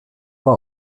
war